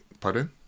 pardon